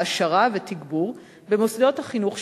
העשרה ותגבור במוסדות החינוך שבתחומן,